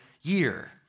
year